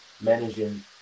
managing